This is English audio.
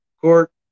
Court